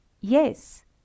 yes